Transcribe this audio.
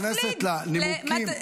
אם את נכנסת לנימוקים,